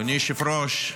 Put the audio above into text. אדוני היושב-ראש,